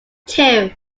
two